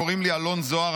קוראים לי אלון זוהר,